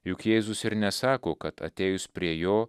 juk jėzus ir nesako kad atėjus prie jo